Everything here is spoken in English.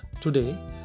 today